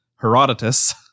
Herodotus